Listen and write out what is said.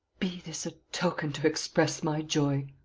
be this a token to express my joy,